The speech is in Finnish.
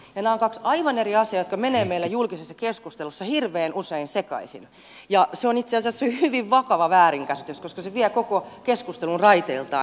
nämä ovat kaksi aivan eri asiaa jotka menevät meillä julkisessa keskustelussa hirveän usein sekaisin ja se on itse asiassa hyvin vakava väärinkäsitys koska se vie koko keskustelun raiteiltaan